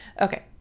Okay